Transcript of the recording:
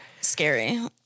Scary